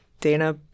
dana